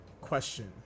question